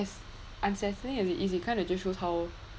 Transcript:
as unsettling as it is it kind of just shows how